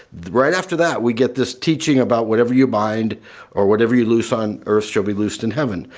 right after that we get this teaching about whatever you bind or whatever you loose on earth shall be loosed in heaven.